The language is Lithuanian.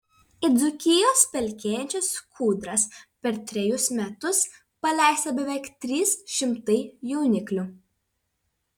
į dzūkijos pelkėjančias kūdras per trejus metus paleista beveik trys šimtai jauniklių